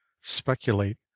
speculate